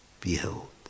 behold